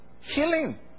healing